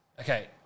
Okay